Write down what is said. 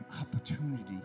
opportunity